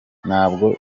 ntabwo